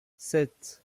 sept